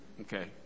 Okay